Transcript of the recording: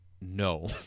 No